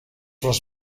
les